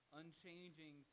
unchanging